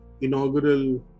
inaugural